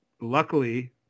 luckily